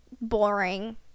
boring